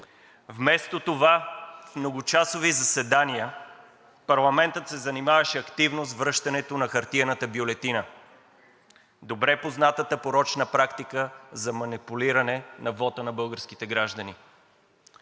Вместо това в многочасови заседания парламентът се занимаваше активно с връщането на хартиената бюлетина – добре познатата порочна практика за манипулиране на вота на българските граждани.